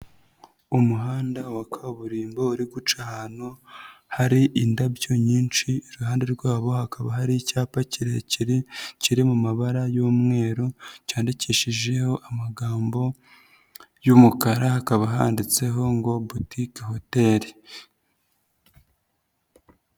Umuhanda wa kaburimbo uri guca ahantu hari indabyo nyinshi, iruhande rwabo hakaba hari icyapa kirekire kiri mu mabara y'umweru, cyandikishijeho amagambo y'umukara, hakaba handitseho ngo butike hoteri.